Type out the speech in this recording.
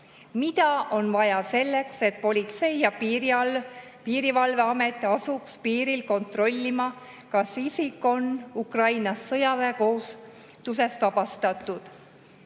Mida on vaja selleks, et Politsei‑ ja Piirivalveamet asuks piiril kontrollima, kas isik on Ukrainas sõjaväekohustusest vabastatud?